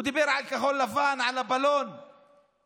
הוא דיבר על כחול לבן, על הבלון שהתפוצץ,